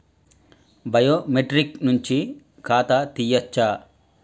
Biometric నుంచి ఖాతా తీయచ్చా?